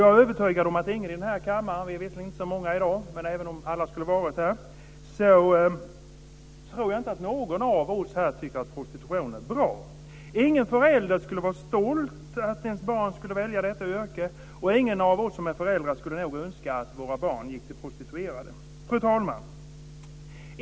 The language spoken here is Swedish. Jag är övertygad om att ingen i den här kammaren, även om vi inte är så många i dag men även om alla hade varit här, tycker att prostitution är bra. Ingen förälder skulle vara stolt om deras barn skulle välja detta yrke. Ingen av oss som är föräldrar skulle nog önska att våra barn gick till prostituerade. Fru talman!